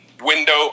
window